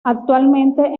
actualmente